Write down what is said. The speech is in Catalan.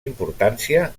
importància